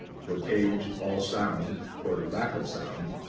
for cage, all sound or lack of sound,